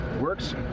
works